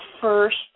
first